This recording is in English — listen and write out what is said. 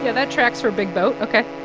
ah that tracks for a big boat, ok